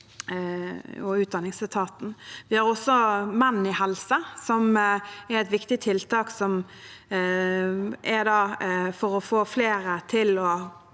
Vi har også Menn i helse, som er et viktig tiltak for å få flere til å